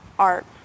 Art